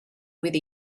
with